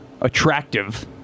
attractive